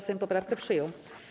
Sejm poprawkę przyjął.